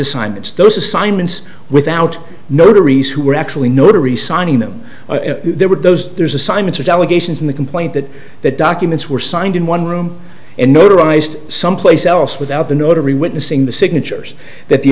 assignments those assignments without notaries who were actually notary signing them there were those there's assignments of allegations in the complaint that the documents were signed in one room and someplace else without the notary witnessing the signatures that the